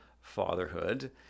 fatherhood